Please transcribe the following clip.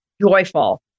joyful